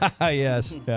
Yes